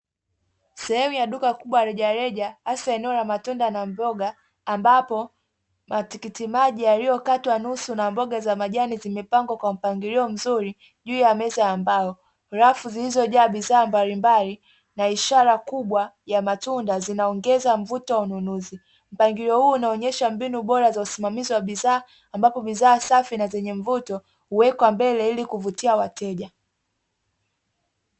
Sehemu ya duka kubwa la rejareja hasa eneo la matunda na mboga, ambapo matikiti maji yaliyokatwa nusu na mboga za majani zimepangwa kwa mpangilio mzuri juu ya meza ya mbao, rafu zilizojaa bidhaa mbalimbali na ishara kubwa ya matunda zinaongeza mvuto wa ununuzi. Mpangilio huu unaonyesha mbinu bora za usimamizi wa bidhaa ambapo bidhaa safi na zenye mvuto huwekwa mbele ili kuvutia wateja.